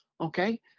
Okay